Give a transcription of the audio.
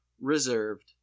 reserved